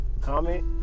comment